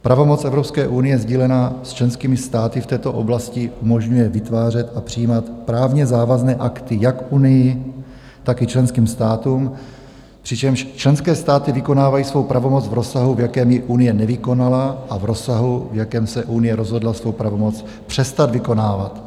Pravomoc Evropské unie sdílená s členskými státy v této oblasti umožňuje vytvářet a přijímat právně závazné akty jak Unii, tak i členským státům, přičemž členské státy vykonávají svou pravomoc v rozsahu, v jakém ji Unie nevykonala, a v rozsahu, v jakém se Unie rozhodla svou pravomoc přestat vykonávat.